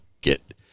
get